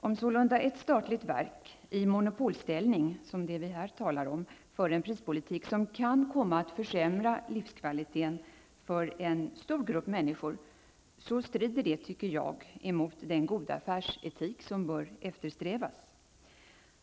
Om sålunda ett statligt verk i monopolställning, som det vi här talar om, för en prispolitik som kan komma att försämra livskvaliteten för en stor grupp människor, strider det mot den goda affärsetik som bör eftersträvas.